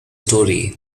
story